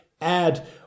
add